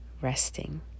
Resting